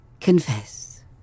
confess